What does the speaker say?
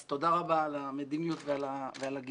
אם כן, תודה רבה על המדיניות ועל הגיבוי.